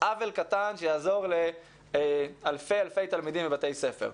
עוול קטן שיעזור לאלפי תלמידים בבתי הספר.